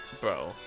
Bro